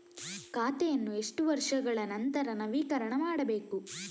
ಖಾತೆಯನ್ನು ಎಷ್ಟು ವರ್ಷಗಳ ನಂತರ ನವೀಕರಣ ಮಾಡಬೇಕು?